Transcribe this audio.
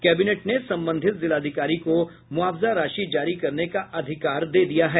cabinet ने संबंधित जिलाधिकारी को मुआवजा राशि जारी करने का अधिकार दे दिया है